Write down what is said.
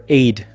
aid